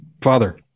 Father